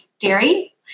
dairy